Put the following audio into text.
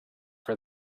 for